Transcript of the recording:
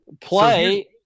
Play